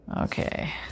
Okay